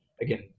again